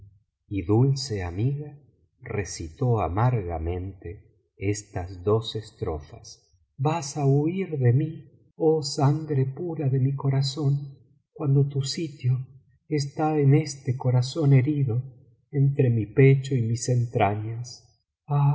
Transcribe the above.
y dulce amiga recitó amargamente estas dos estrofas vas á huir de mí oh sangre ptira de mi corazón cuando tu sitio está en este corazón herido entre mi pecho y mis entrañas